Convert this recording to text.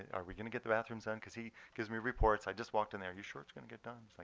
are we going to get the bathrooms in. because he gives me reports. i just walked in there. you sure it's going to get done? so